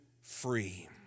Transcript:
free